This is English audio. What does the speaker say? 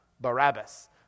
Barabbas